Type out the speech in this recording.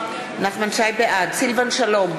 בעד סילבן שלום,